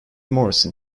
morrison